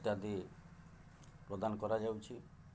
ଇତ୍ୟାଦି ପ୍ରଦାନ କରାଯାଉଛି